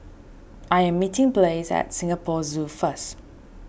I am meeting Blaise at Singapore Zoo first